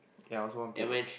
eh I also want play